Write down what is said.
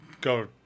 go